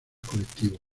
colectivos